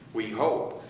we hope.